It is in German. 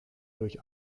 durch